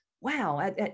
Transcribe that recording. wow